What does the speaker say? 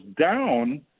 down